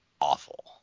awful